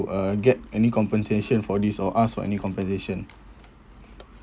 uh get any compensation for this or ask for any compensation